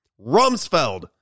Rumsfeld